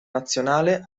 nazionale